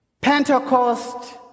Pentecost